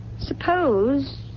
Suppose